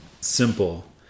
simple